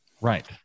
Right